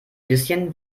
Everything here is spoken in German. bisschen